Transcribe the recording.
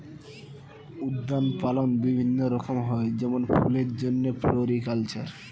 উদ্যান পালন বিভিন্ন রকম হয় যেমন ফুলের জন্যে ফ্লোরিকালচার